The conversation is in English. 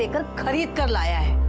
a goodbye.